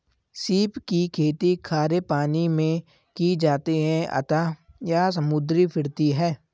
सीप की खेती खारे पानी मैं की जाती है अतः यह समुद्री फिरती है